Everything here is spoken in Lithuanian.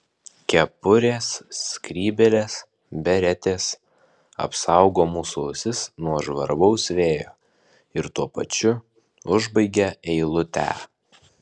kepurės skrybėlės beretės apsaugo mūsų ausis nuo žvarbaus vėjo ir tuo pačiu užbaigia eilutę